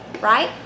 right